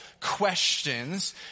questions